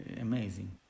amazing